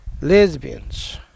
lesbians